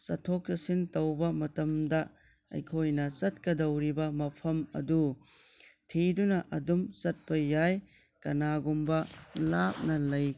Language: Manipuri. ꯆꯠꯊꯣꯛ ꯆꯠꯁꯤꯟ ꯇꯧꯕ ꯃꯇꯝꯗ ꯑꯩꯈꯣꯏꯅ ꯆꯠꯀꯗꯧꯔꯤꯕ ꯃꯐꯝ ꯑꯗꯨ ꯊꯤꯗꯨꯅ ꯑꯗꯨꯝ ꯆꯠꯄ ꯌꯥꯏ ꯀꯅꯥꯒꯨꯝꯕ ꯂꯥꯞꯅ ꯂꯩ